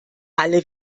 alle